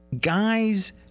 Guys